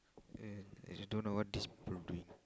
and and you don't know what this bro doing